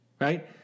right